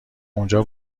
اونجا